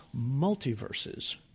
multiverses